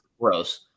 gross